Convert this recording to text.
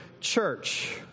church